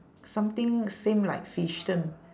something same like fishdom